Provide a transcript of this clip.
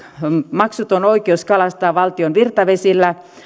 maksuton oikeus kalastaa valtion virtavesillä